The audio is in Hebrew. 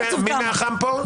מי מאח"מ פה?